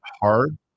hard